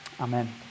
amen